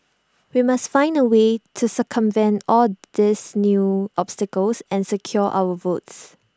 we must find A way to circumvent all these new obstacles and secure our votes